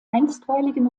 einstweiligen